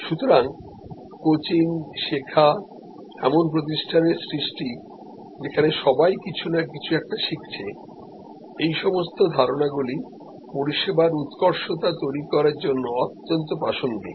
সুতরাং কোচিং শেখা এমন প্রতিষ্ঠানের সৃষ্টিযেখানে সবাই কিছু না কিছু একটা শিখছে এই সমস্ত ধারণাগুলি পরিষেবার উৎকর্ষতা তৈরি করার জন্য অত্যন্ত প্রাসঙ্গিক